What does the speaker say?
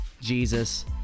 Jesus